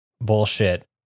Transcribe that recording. bullshit